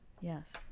Yes